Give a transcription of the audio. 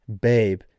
babe